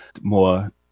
more